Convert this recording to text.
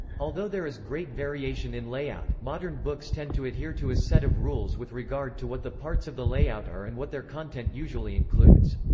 although there is great variation in layout, modern books tend to adhere to as set of rules with regard to what the parts of the layout are and what their content usually includes.